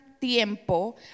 tiempo